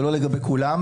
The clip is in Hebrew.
ולא לגבי כולם,